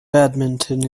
badminton